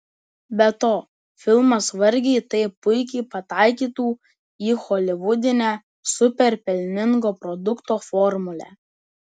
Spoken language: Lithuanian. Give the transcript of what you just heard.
be to filmas vargiai taip puikiai pataikytų į holivudinę super pelningo produkto formulę